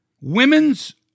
women's